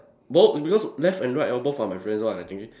both because left and right are both are my friends so I thinking